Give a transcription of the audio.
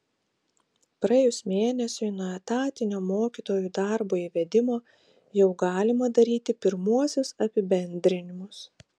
praėjus mėnesiui nuo etatinio mokytojų darbo įvedimo jau galima daryti pirmuosius apibendrinimus